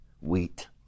wheat